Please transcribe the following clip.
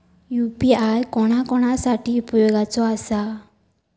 UPI कोणा कोणा साठी उपयोगाचा आसा?